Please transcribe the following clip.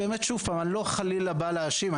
שוב, אני לא בא להאשים, חלילה.